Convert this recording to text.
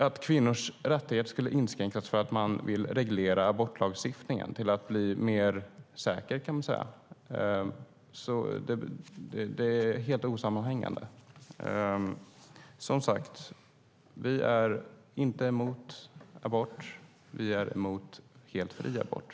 Att kvinnors rättigheter skulle inskränkas för att man vill reglera abortlagstiftningen till att bli mer säker är helt osammanhängande. Som sagt: Vi är inte emot abort. Vi är emot helt fri abort.